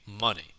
money